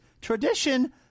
Tradition